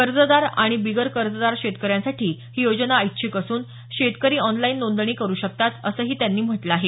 कर्जदार आणि बिगर कर्जदार शेतकऱ्यांसाठी ही योजना ऐच्छिक असून शेतकरी ऑनलाईन नोंदणी करू शकतात असंही त्यांनी म्हटलं आहे